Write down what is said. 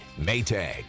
Maytag